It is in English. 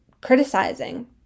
criticizing